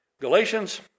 Galatians